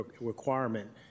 requirement